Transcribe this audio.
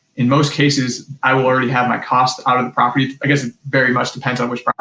in most cases, i will already have my cost out of the property, i guess it very much depends on which but